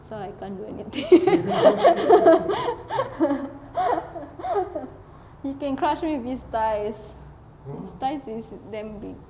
so I can't do anything he can crush me with his thighs his thighs is damn big